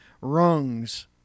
rungs